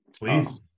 Please